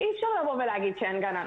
אי אפשר לבוא ולהגיד שאין גננות.